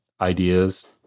ideas